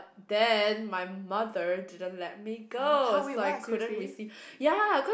then my mother didn't let me go so I couldn't receive ya cause